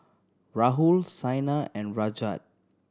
Rahul Saina and Rajat